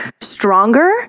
stronger